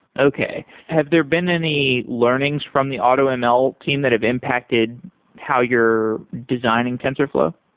okay. have there been any learnings from the automl team that have impacted how you're designing tensorflow?